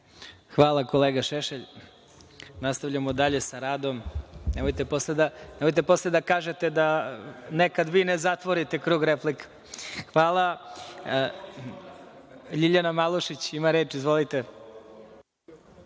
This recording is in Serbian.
Hvala, kolega Šešelj. Nastavljamo dalje sa radom. Nemojte posle da kažete da nekad vi ne zatvorite krug replika. Hvala. Reč ima Ljiljana Malušić. Izvolite.